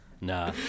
Nah